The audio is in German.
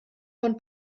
von